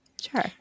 Sure